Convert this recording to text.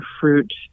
fruit